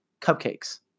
cupcakes